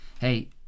Hey